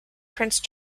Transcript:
prince